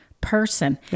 person